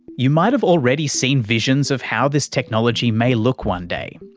you might have already seen visions of how this technology may look one day.